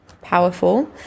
powerful